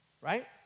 right